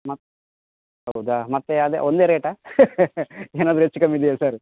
ಮತ್ತೆ ಹೌದಾ ಮತ್ತೆ ಅದೆ ಒಂದೆ ರೇಟಾ ಏನಾದರು ಹೆಚ್ಚು ಕಮ್ಮಿ ಇದೆಯಾ ಸರ್